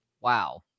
Wow